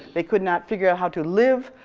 they could not figure out how to live.